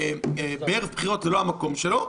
בערב בחירות זה לא המקום שלו.